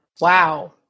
Wow